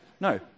No